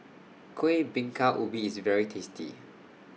Kueh Bingka Ubi IS very tasty